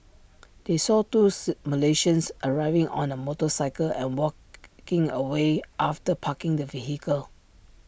they saw two's Malaysians arriving on A motorcycle and walking away after parking the vehicle